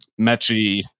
Mechie